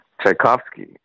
Tchaikovsky